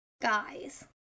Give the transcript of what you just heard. guys